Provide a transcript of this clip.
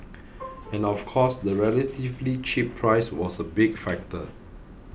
and of course the relatively cheap price was a big factor